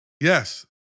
Yes